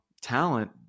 talent